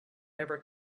ever